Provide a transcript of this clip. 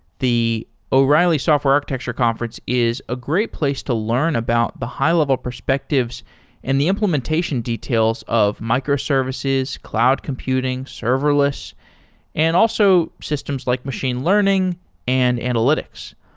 the o'reilly software architecture conference is a great place to learn about the high-level perspectives and the implementation details of microservices, cloud computing, serverless and also systems like machine learning and analytics.